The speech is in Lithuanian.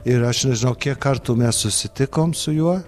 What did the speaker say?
ir aš nežinau kiek kartų mes susitikom su juo